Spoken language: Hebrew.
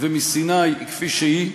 ומסיני היא כפי שהיא,